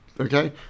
okay